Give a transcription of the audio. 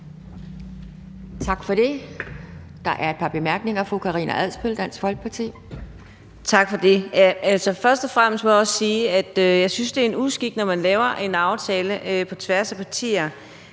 Tak for det. Der er et par bemærkninger. Fru Karina Adsbøl, Dansk Folkeparti. Kl. 12:12 Karina Adsbøl (DF): Tak for det. Først og fremmest må jeg også sige, at jeg synes, det er en uskik, at man, når man har indgået en aftale på tværs af partier,